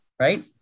right